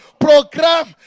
program